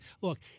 Look